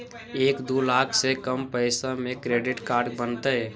एक दू लाख से कम पैसा में क्रेडिट कार्ड बनतैय?